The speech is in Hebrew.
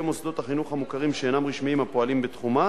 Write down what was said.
מוסדות החינוך המוכרים שאינם רשמיים הפועלים בתחומה